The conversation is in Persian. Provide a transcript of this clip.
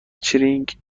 چرینگ